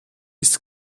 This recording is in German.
ist